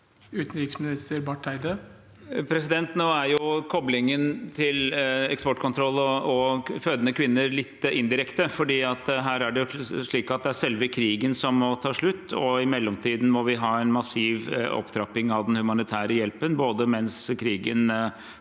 Utenriksminister Espen Barth Eide Nå er koblingen til eksportkontroll og fødende kvinner litt indirekte, for her er det slik at det er selve krigen som må ta slutt, og i mellomtiden må vi ha en massiv opptrapping av den humanitære hjelpen, både mens krigen